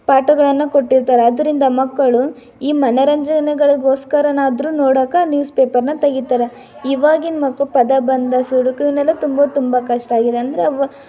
ಪಾಠಗಳನ್ನು ಕೊಟ್ಟಿರ್ತಾರೆ ಅದರಿಂದ ಮಕ್ಕಳು ಈ ಮನೋರಂಜನೆಗಳಿಗೋಸ್ಕರನಾದರೂ ನೋಡಕ್ಕೆ ನ್ಯೂಸ್ ಪೇಪರನ್ನ ತೆಗಿತಾರೆ ಇವಾಗಿನ ಮಕ್ಕಳು ಪದಬಂಧ ಸುಡುಕುನೆಲ್ಲ ತುಂಬೋದು ತುಂಬ ಕಷ್ಟ ಆಗಿದೆ ಅಂದರೆ ಅವು